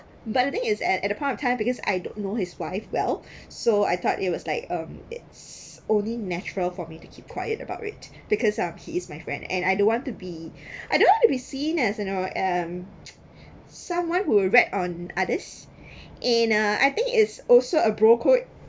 but the thing is at at the point of time because I don't know his wife well so I thought it was like um it's only natural for me to keep quiet about it because um he is my friend and I don't want to be I don't want to be seen as you know um someone who wrecked on others and uh I think it's also a bro code